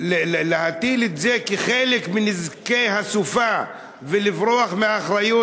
ולהטיל את זה כחלק מנזקי הסופה ולברוח מאחריות,